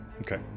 Okay